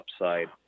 upside